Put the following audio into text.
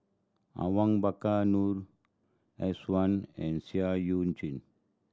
Awang Bakar Noor S one and Seah Eu Chin